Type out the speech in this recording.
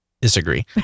Disagree